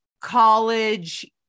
college